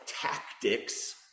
tactics